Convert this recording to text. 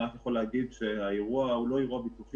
אני רק יכול להגיד שהאירוע הוא לא אירוע ביטוחי